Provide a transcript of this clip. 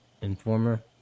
Informer